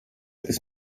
ist